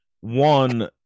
one